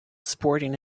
sporting